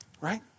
right